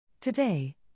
Today